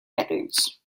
records